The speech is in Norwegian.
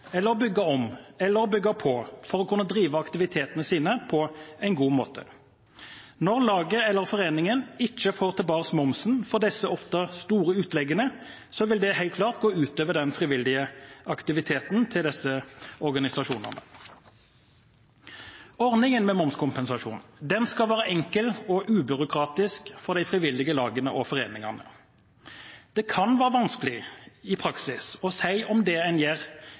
bygge om eller bygge på for å kunne drive aktivitetene sine på en god måte. Når laget eller foreningen ikke får tilbake momsen for disse ofte store utleggene, vil det helt klart gå ut over den frivillige aktiviteten til disse organisasjonene. Ordningen med momskompensasjon skal være enkel og ubyråkratisk for de frivillige lagene og foreningene. Det kan være vanskelig i praksis å si om det en gjør,